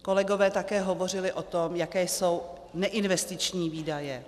Kolegové také hovořili o tom, jaké jsou neinvestiční výdaje.